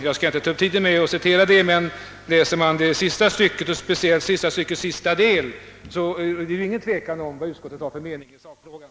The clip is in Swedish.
Jag skall inte ta upp tiden med att citera den, men läser man det sista stycket, speciellt sista styckets sista del, finner man, att det inte är någon tvekan om vad utskottet har för mening i sakfrågan.